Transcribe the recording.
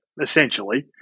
essentially